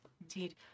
Indeed